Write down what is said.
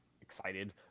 excited